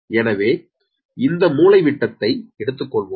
எனவே இந்த மூலைவிட்டதை எடுத்துக்கொள்வோம்